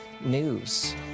news